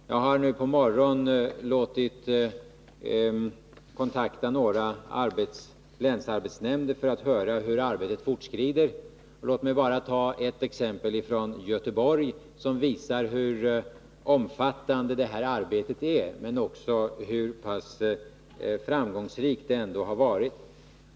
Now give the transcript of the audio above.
Jag har i dag på morgonen låtit kontakta några länsarbetsnämnder för att få höra hur arbetet fortskrider. Låt mig bara ta ett exempel från Göteborg som visar hur omfattande det här arbetet är men också hur pass framgångsrikt det ändå har varit.